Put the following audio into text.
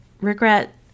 regret